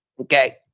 Okay